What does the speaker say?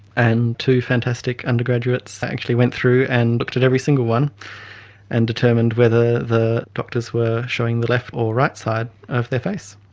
and two fantastic undergraduates actually went through and looked at every single one and determined whether the doctors were showing the left or right side of their face.